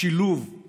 השילוב של